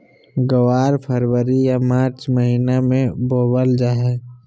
ग्वार फरवरी या मार्च महीना मे बोवल जा हय